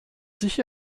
sich